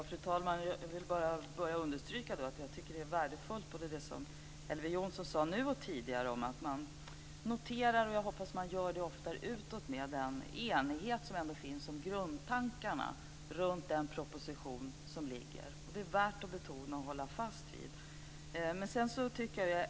Fru talman! Jag vill bara understryka att jag tycker att det är värdefullt, det som Elver Jonsson sade både nu och tidigare om att man noterar - jag hoppas att man gör det oftare utåt - den enighet som ändå finns om grundtankarna runt den proposition som ligger framme. Det är värt att betona och hålla fast vid.